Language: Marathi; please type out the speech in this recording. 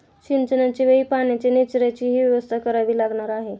सिंचनाच्या वेळी पाण्याच्या निचर्याचीही व्यवस्था करावी लागणार आहे